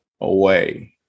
away